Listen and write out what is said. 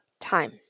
time